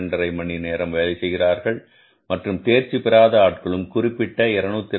5 மணி நேரம் வேலை செய்வார்கள் மற்றும் தேர்ச்சி பெறாத ஆட்களும் குறிப்பிட்ட 202